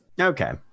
Okay